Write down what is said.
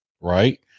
right